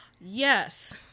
yes